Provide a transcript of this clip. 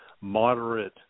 moderate